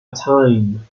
time